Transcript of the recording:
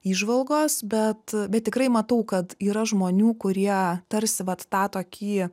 įžvalgos bet bet tikrai matau kad yra žmonių kurie tarsi vat tą tokį